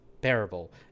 bearable